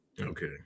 okay